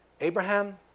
Abraham